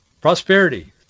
Prosperity